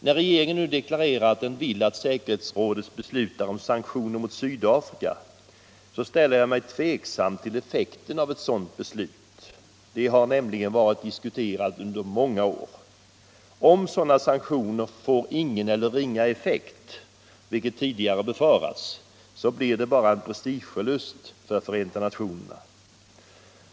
När regeringen nu deklarerar att den vill att säkerhetsrådet beslutar om sanktioner mot Sydafrika så ställer jag mig tveksam till effekten av ett sådant beslut. Den frågan har diskuterats under många år. Om sådana sanktioner får ingen eller ringa effekt, vilket tidigare befarats, så blir det bara en prestigeförlust för Förenta nationerna.